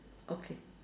okay